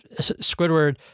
Squidward